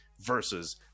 versus